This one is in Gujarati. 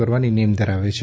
કરવાની નેમ ધરાવે છે